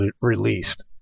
released